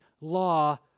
law